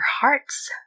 hearts